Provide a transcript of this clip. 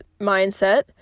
mindset